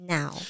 Now